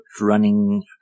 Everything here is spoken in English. running